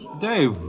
Dave